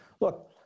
Look